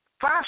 Five